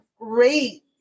great